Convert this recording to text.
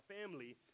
family